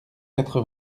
quatre